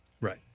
Right